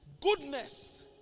goodness